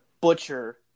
butcher